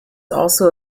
also